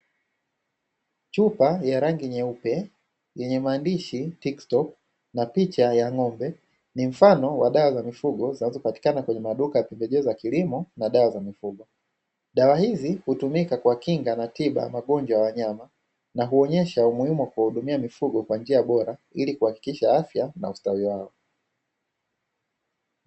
Chupa ya rangi nyeupe yenye maandishi "TICKSTOP" na picha ya ng'ombe, ni mfano wa dawa ya mifugo zilizopatikana kwenye maduka ya pembejeo za kilimo na dawa za mifugo. Dawa hizi hutumika kwa kinga na tiba ya magonjwa ya ng'ombe, na kuonyesha umuhimu wa kuwahudumia mifugo kwa njia bora ili kuhakikisha afya na ustawi wao.